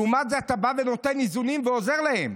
לעומת זאת, אתה בא ונותן איזונים ועוזר להם.